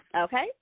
Okay